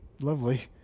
lovely